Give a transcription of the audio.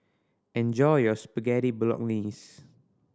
enjoy your Spaghetti Bolognese